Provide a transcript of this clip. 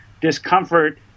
discomfort